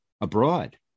abroad